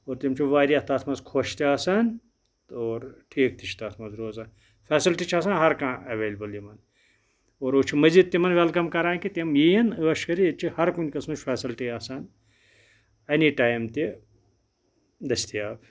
گوٚو تِم چھِ واریاہ تَتھ منٛز خۄش تہِ آسان اور ٹھیٖک تہِ چھِ تَتھ منٛز روزان فیسَلٹی چھِ آسان ہرکانٛہہ اٮ۪ویلبٕل یِمَن اور وٕ چھِ مٔزیٖد تِمَن وٮ۪لکَم کَران کہِ تِم یِییٖن عٲش کٔرِتھ ییٚتہِ چھِ ہرکُنہِ قٕسمٕچ فیسَلٹی آسان اَنی ٹایم تہِ دٔستیاب